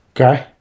Okay